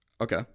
Okay